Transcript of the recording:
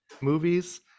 movies